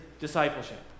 discipleship